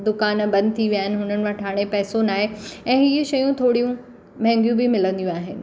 दुकानु बंदि थी विया आहिनि हुननि वठि हाणे पैसो न आहे ऐं इहे शयूं थोरियूं महांगियूं बि मिलंदियूं आहिनि